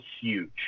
huge